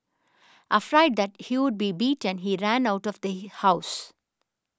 afraid that he would be beaten he ran out of the house